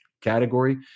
category